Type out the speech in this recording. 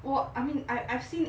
oh I mean I I've seen